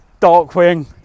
Darkwing